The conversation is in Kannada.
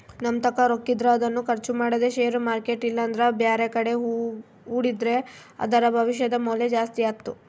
ನಮ್ಮತಾಕ ರೊಕ್ಕಿದ್ರ ಅದನ್ನು ಖರ್ಚು ಮಾಡದೆ ಷೇರು ಮಾರ್ಕೆಟ್ ಇಲ್ಲಂದ್ರ ಬ್ಯಾರೆಕಡೆ ಹೂಡಿದ್ರ ಅದರ ಭವಿಷ್ಯದ ಮೌಲ್ಯ ಜಾಸ್ತಿ ಆತ್ತು